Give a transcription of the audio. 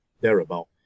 thereabout